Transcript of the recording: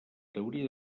teoria